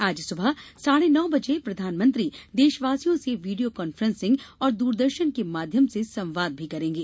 आज सुबह साढ़े नौ बजे प्रधानमंत्री देशवासियों से वीडियो कांफ्रेसिंग और दूरदर्शन के माध्यम से संवाद भी करेंगे